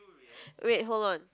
wait hold on